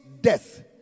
death